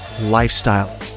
lifestyle